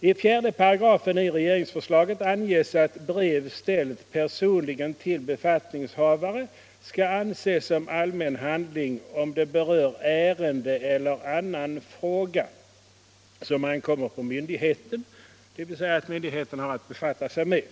I 45 regeringsförslaget anges att brev ställt personligen till befattningshavare skall anses som allmän handling om det berör ärende eller annan fråga som ankommer på myndigheten, dvs. sådant som myndigheten har att befatta sig med.